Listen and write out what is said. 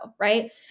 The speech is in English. Right